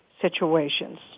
situations